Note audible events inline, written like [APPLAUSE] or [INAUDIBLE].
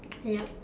[NOISE] yup